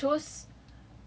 ah I chose